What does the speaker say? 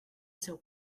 seu